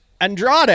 Andrade